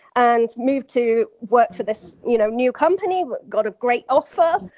and moved to work for this you know new company. got a great offer.